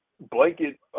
blanket